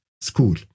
school